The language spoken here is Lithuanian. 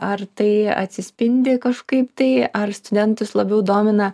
ar tai atsispindi kažkaip tai ar studentus labiau domina